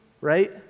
right